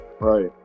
Right